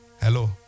Hello